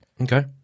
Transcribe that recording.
okay